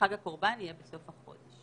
אנחנו ננסה להגיע בכל אמצעי התקשורת האפשריים.